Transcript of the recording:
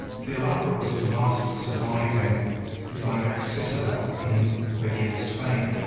the alhambra was the last surviving islamic citadel in medieval spain